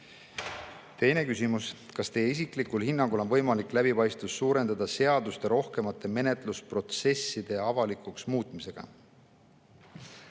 Teine küsimus: "Kas teie isiklikul hinnangul on võimalik läbipaistvust suurendada seaduste rohkemate menetlusprotsesside avalikuks muutmisega?"